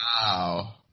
Wow